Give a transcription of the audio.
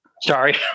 Sorry